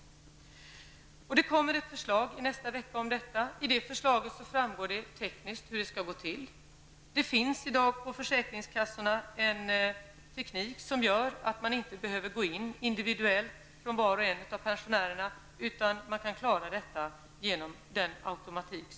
I nästa vecka läggs det fram ett förslag om extra stöd. Av förslaget framgår det hur detta tekniskt skall utformas. Det finns i dag en teknik på försäkringskassorna som medger att man inte behöver gå in och ändra för var och en av pensionärerna, utan detta kan klaras genom dagens atomatik.